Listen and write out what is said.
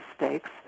mistakes